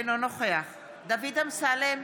אינו נוכח דוד אמסלם,